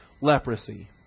Leprosy